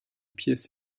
pièce